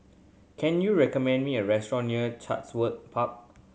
can you recommend me a restaurant near Chatsworth Park